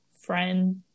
friend